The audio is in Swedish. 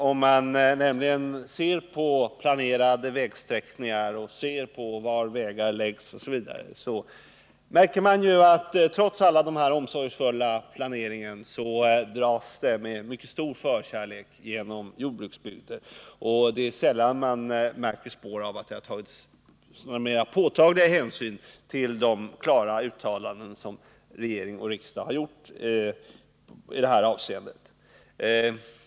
Om man ser på planerade vägsträckningar osv., märker man att trots all den omsorgsfulla planeringen dras vägarna med mycket stor förkärlek genom jordbruksbygder. Det är sällan man upptäcker spår av att det har tagits några mera påtagliga hänsyn till de klara uttalanden som regering och riksdag har gjort i det här avseendet.